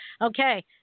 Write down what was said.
Okay